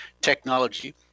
technology